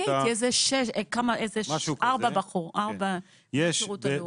היו ארבע בנות שירות לאומי.